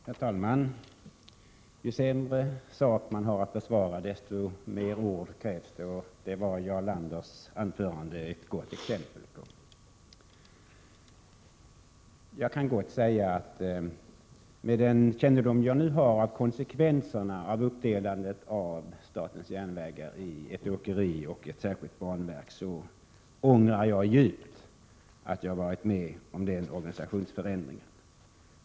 Herr talman! Ju sämre sak man har att försvara, desto mer ord krävs. Det var Jarl Landers anförande ett gott exempel på. Jag kan gott säga att jag, med den kännedom jag nu har om konsekvenserna av uppdelandet av SJ i ett åkeri och ett särskilt banverk, ångrar djupt att jag medverkat till en sådan organisationsförändring.